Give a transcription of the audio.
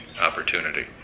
opportunity